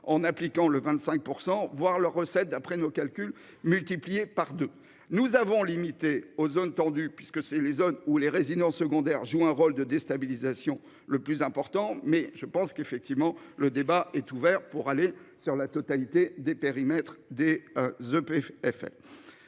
en appliquant le 25% voir leurs recettes. D'après nos calculs, multiplié par 2, nous avons limité aux zones tendues puisque c'est les zones où les résidences secondaires joue un rôle de déstabilisation. Le plus important mais je pense qu'effectivement le débat est ouvert pour aller sur la totalité des périmètres des EPF